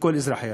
לכל אזרחיה.